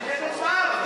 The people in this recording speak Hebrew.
אני אדחה את ההצבעה.